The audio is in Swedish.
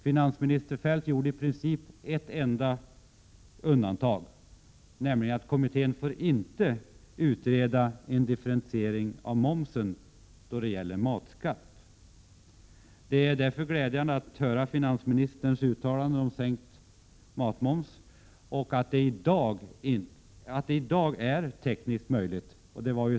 Finansminister Feldt gjorde i princip ett enda undantag: kommittén får inte utreda en differentiering av momsen när det gäller matskatten. Det är därför glädjande att höra finansministerns uttalande, att en sänkning av matmomseni dag är tekniskt möjlig.